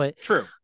True